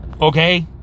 okay